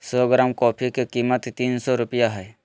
सो gram coffee के कीमत तीन सो रुपया हइ